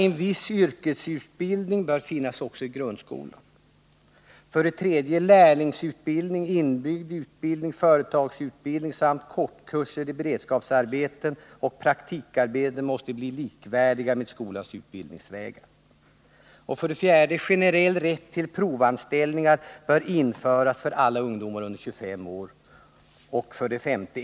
En viss yrkesutbildning bör finnas också i grundskolan. 3. Lärlingsutbildning, inbyggd utbildning, företagsutbildning samt kortkurser i beredskapsarbeten och praktikarbeten måste bli likvärdiga med skolans utbildningsvägar. 4. Generell rätt till provanställningar bör införas för alla ungdomar under 25 år. 5.